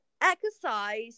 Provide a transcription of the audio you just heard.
exercise